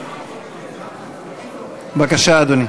בבקשה, אדוני.